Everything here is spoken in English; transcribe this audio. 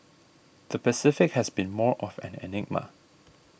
the Pacific has been more of an enigma